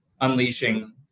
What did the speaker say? unleashing